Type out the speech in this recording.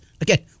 Again